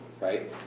right